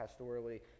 pastorally